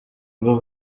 rwo